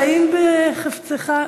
האם בחפצך,